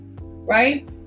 right